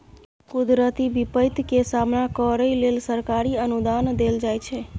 कुदरती बिपैत के सामना करइ लेल सरकारी अनुदान देल जाइ छइ